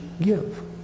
give